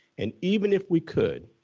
and even if we could,